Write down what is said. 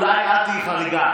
אולי את תהיי חריגה,